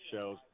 shows